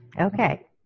okay